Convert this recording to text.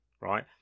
right